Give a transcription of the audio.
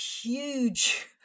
huge